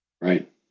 Right